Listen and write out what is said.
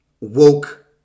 woke